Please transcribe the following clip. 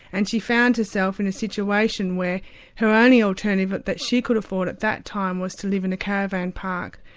and she found herself in a situation where her only alternative but that she could afford at that time was to live in a caravan park